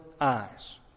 eyes